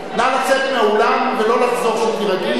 נא לצאת מהאולם ולא לחזור כשתירגעי,